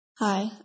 Hi